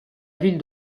ville